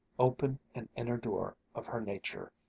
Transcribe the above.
open an inner door of her nature.